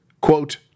quote